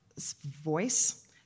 voice